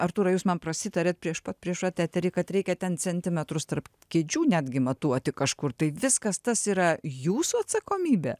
artūrai jūs man prasitarėt prieš pat prieš pat eterį kad reikia ten centimetrus tarp kėdžių netgi matuoti kažkur tai viskas tas yra jūsų atsakomybė